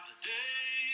Today